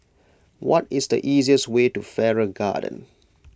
what is the easiest way to Farrer Garden